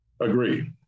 Agree